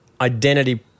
identity